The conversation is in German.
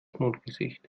mondgesicht